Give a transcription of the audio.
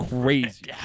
crazy